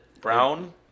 Brown